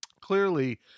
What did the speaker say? clearly